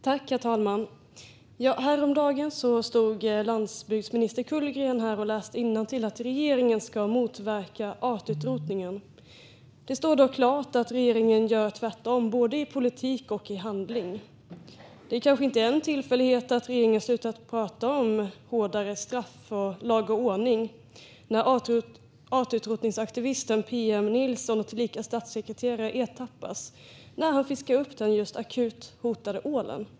Herr talman! Häromdagen stod landsbygdsminister Kullgren här och läste innantill att regeringen ska motverka artutrotningen. Det står dock klart att regeringen gör tvärtom, både i politik och i handling. Det kanske inte är en tillfällighet att regeringen slutar prata om hårdare straff och lag och ordning när artutrotningsaktivisten P.M. Nilsson, tillika statssekreterare, ertappas med att fiska upp den akut hotade ålen.